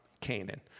Canaan